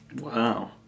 Wow